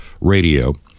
Radio